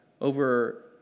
over